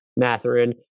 Matherin